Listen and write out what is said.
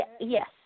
Yes